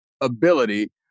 ability